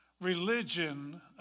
religion